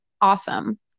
awesome